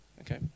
okay